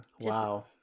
Wow